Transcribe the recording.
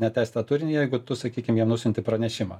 neteisėtą turinį jeigu tu sakykim jiem nusiunti pranešimą